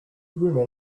woman